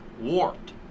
warped